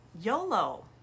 YOLO